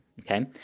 okay